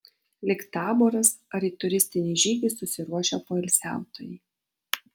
lyg taboras ar į turistinį žygį susiruošę poilsiautojai